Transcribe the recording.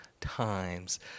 times